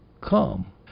come